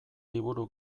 liburu